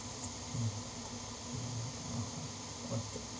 mm mm okay